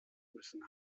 müssen